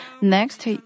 Next